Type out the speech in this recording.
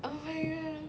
okay